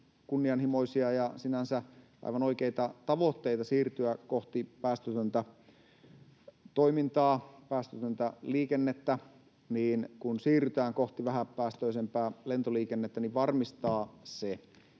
kunnianhimoisia ja sinänsä tietysti aivan oikeita tavoitteita siirtyä kohti päästötöntä toimintaa, päästötöntä liikennettä ja vähäpäästöisempää lentoliikennettä, on tärkeää varmistaa se,